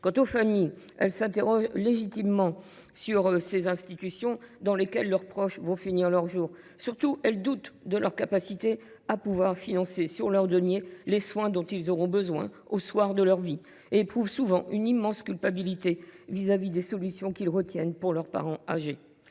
Quant aux familles, elles s’interrogent légitimement sur ces institutions dans lesquelles leurs proches vont finir leurs jours. Surtout, elles doutent de leur capacité à pouvoir financer sur leurs deniers les soins dont ils auront besoin au soir de leur vie et éprouvent souvent une immense culpabilité vis à vis des solutions qu’ils retiennent pour leurs parents âgés.